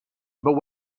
but